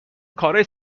کارای